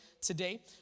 today